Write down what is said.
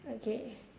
okay